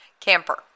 Camper